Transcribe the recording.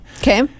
Okay